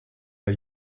are